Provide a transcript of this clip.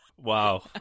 Wow